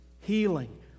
healing